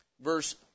Verse